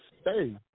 stay